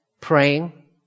praying